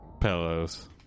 pillows